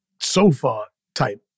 sofa-type